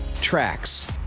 tracks